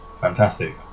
fantastic